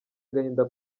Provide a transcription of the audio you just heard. agahinda